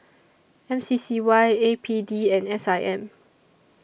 M C C Y A P D and S I M